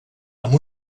amb